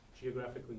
geographically